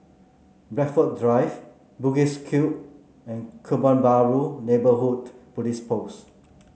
Blandford Drive Bugis Cube and Kebun Baru Neighbourhood Police Post